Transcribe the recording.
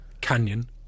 Canyon